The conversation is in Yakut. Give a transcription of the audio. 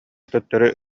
төттөрү